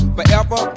Forever